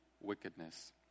wickedness